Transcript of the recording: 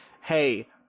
hey –